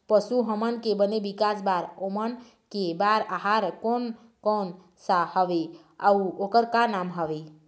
पशु हमन के बने विकास बार ओमन के बार आहार कोन कौन सा हवे अऊ ओकर का नाम हवे?